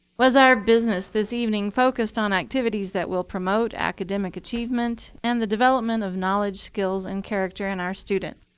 was our business this evening focused on activities that will promote academic achievement and the development of knowledge, skills, and character in our students?